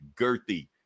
girthy